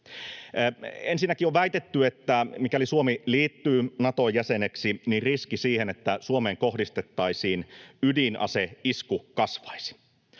Ensinnäkin on väitetty, että mikäli Suomi liittyy Naton jäseneksi, riski siihen, että Suomeen kohdistettaisiin ydinaseisku, kasvaisi.